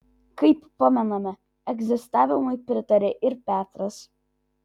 kaip pamename egzistavimui pritarė ir petras